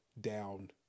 down